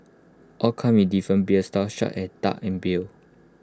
all come in different beers styles such at dark and beer